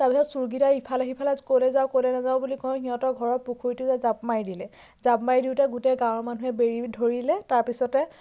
তাৰপিছতে চুৰকেইটাই ইফালে সিফালে ক'লৈ যাওঁ ক'লৈ নাযাওঁ বুলি কৈ সিহঁতৰ ঘৰৰ পুখুৰীটোতে জাঁপ মাৰি দিলে জাপ মাৰি দিওঁতে গোটেই গাঁৱৰ মানুহে বেৰি ধৰিলে তাৰপিছতে